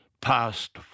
past